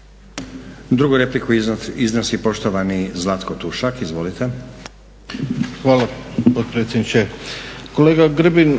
(Hrvatski laburisti - Stranka rada)** Hvala potpredsjedniče. Kolega Grbin